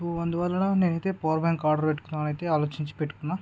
so అందువల్ల నేనైతే power bank order పెట్టుకోవాలని అయితే ఆలోచించి పెట్టుకున్నాను